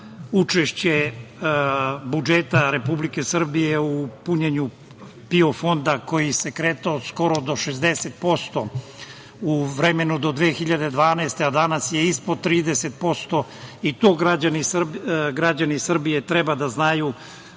učešće budžeta Republike Srbije u punjenju PIO fonda koji se kretao skoro do 60% u vremenu do 2012. godine, dok je danas ispod 30%. I to građani Srbije treba da znaju,